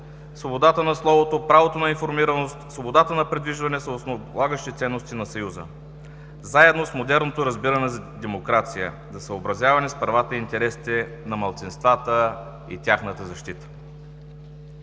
свободата на словото, правото на информираност, свободата на придвижване са основополагащи ценности на Съюза, заедно с модерното разбиране за демокрация, за съобразяване с правата и интересите на малцинствата и тяхната защита.